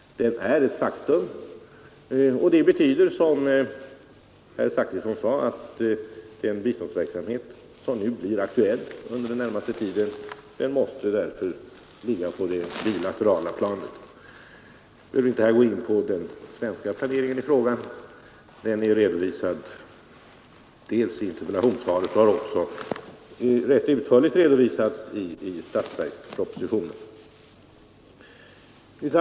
Den är ett faktum, och det betyder, som herr Zachrisson sade, att den biståndsverksamhet som är aktuell under den närmaste tiden måste ligga på det bilaterala planet. Jag behöver inte här gå in på den svenska planeringen i fråga; den är redovisad i interpellationssvaret och har också rätt utförligt redovisats i statsverkspropositionen.